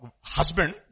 husband